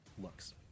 looks